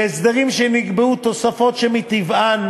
בהסדרים שנקבעו בהם תוספות שמטבען